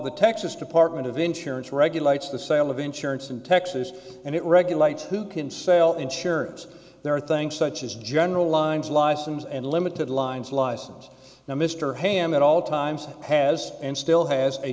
the texas department of insurance regulates the sale of insurance in texas and it regulates who can sell insurance there are things such as general lines license and limited lines license now mr ham at all times has and still has a